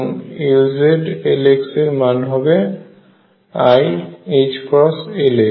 এবং Lz Lx এর এর মান হবে iℏLx